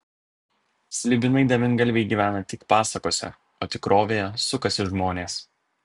slibinai devyngalviai gyvena tik pasakose o tikrovėje sukasi žmonės